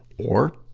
or,